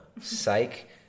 psych